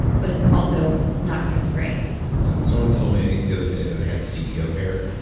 but it's also not quite as gray someone told me the other day that i had ceo hair,